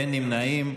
אין נמנעים.